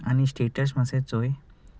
आनी स्टेटस मातशो चोय